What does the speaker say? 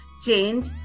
change